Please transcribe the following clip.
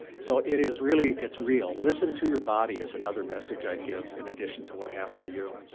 so it is really it's real. listen to your body is another message i'd give, in addition to what happened to you.